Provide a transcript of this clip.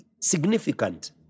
significant